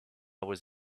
was